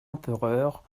empereur